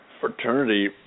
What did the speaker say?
fraternity